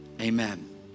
Amen